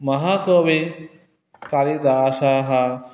महाकविकालिदासः